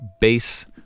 base